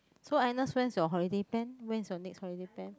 so Agnes when is your holiday plan when is your next holiday plan